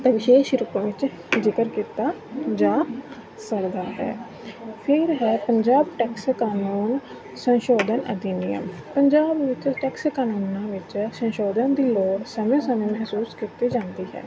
ਵਿਸ਼ੇਸ਼ ਰੂਪਾਂ ਵਿੱਚ ਜ਼ਿਕਰ ਕੀਤਾ ਜਾ ਸਕਦਾ ਹੈ ਫਿਰ ਹੈ ਪੰਜਾਬ ਟੈਕਸ ਕਾਨੂੰਨ ਸੰਸ਼ੋਧਨ ਅਧਿਨਿਯਮ ਪੰਜਾਬ ਵਿੱਚ ਟੈਕਸ ਕਾਨੂੰਨਾਂ ਵਿੱਚ ਸੰਸ਼ੋਧਨ ਦੀ ਲੋੜ ਸਮੇਂ ਸਮੇਂ ਮਹਿਸੂਸ ਕੀਤੀ ਜਾਂਦੀ ਹੈ